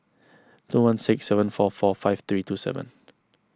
two one six seven four four five three two seven